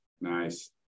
Nice